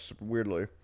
weirdly